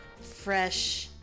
Fresh